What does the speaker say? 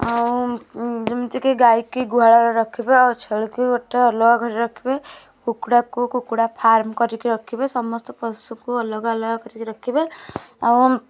ଆଉ ଯେମିତିକି ଗାଈ କି ଗୁହାଳ ରେ ରଖିବେ ଆଉ ଛେଳି କୁ ଗୋଟେ ଅଲଗା ଘରେ ରଖିବେ କୁକୁଡ଼ା କୁ କୁକୁଡ଼ା ଫାର୍ମ କରିକି ରଖିବେ ସମସ୍ତ ପଶୁକୁ ଅଲଗା ଅଲଗା କରି ରଖିବେ ଆଉ